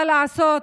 מה לעשות,